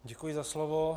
Děkuji za slovo.